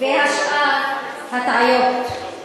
והשאר הטעיות.